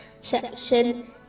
section